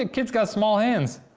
and kid's got small hands,